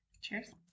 Cheers